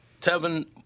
Tevin